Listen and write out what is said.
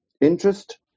interest